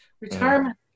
retirement